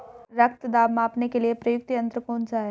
रक्त दाब मापने के लिए प्रयुक्त यंत्र कौन सा है?